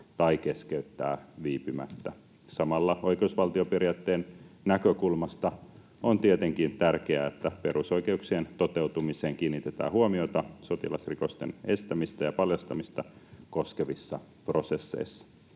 tai keskeyttää viipymättä. Samalla oikeusvaltioperiaatteen näkökulmasta on tietenkin tärkeää, että perusoikeuksien toteutumiseen kiinnitetään huomiota sotilasrikosten estämistä ja paljastamista koskevissa prosesseissa.